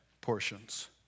portions